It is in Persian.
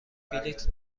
بلیط